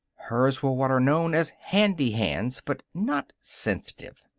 hers were what are known as handy hands, but not sensitive.